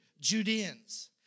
Judeans